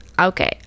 okay